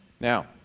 Now